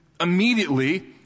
immediately